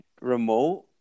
remote